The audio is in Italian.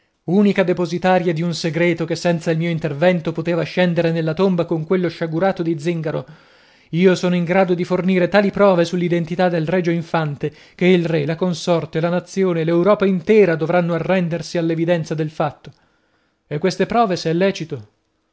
unica depositarla di un segreto che senza il mio intervento poteva scendere nella tomba con quello sciagurato di zingaro io sono in grado di fornire tali prove sull'identità del regio infante che il re la corte la nazione l'europa intera dovranno arrendersi all'evidenza del fatto e queste prove se è lecito